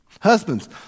Husbands